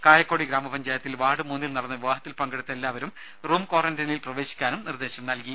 കായക്കൊടി ഗ്രാമപഞ്ചായത്തിൽ വാർഡ് മൂന്നിൽ നടന്ന വിവാഹത്തിൽ പങ്കെടുത്ത എല്ലാവരും റൂം ക്വാറന്റൈനിൽ പ്രവേശിക്കാനും നിർദേശം നൽകി